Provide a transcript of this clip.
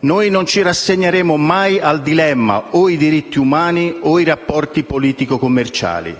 Noi non ci rassegneremo mai al dilemma: «o i diritti umani o i rapporti politico-commerciali».